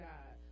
God